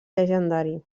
llegendari